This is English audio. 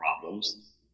problems